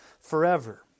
forever